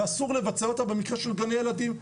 ואסור לבצע אותה במקרה של גני ילדים.